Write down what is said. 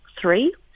three